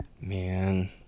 Man